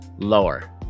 Lower